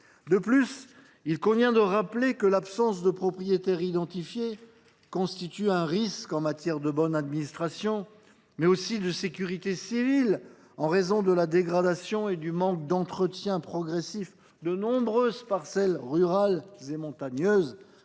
De plus, il convient de rappeler que l’absence de propriétaires identifiés constitue un risque en matière de bonne administration, mais aussi de sécurité civile, en raison de la dégradation et du manque d’entretien progressif de nombreuses parcelles rurales et montagneuses,